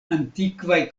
antikvaj